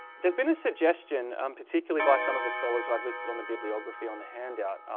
there's been a suggestion um particularly by some of the scholars who i've listed on the bibliography on the handout,